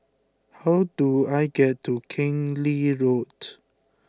how do I get to Keng Lee Road